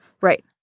Right